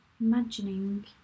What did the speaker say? imagining